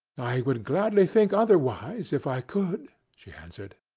i would gladly think otherwise if i could, she answered,